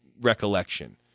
recollection